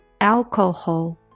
alcohol